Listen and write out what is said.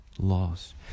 lost